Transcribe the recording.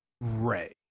Ray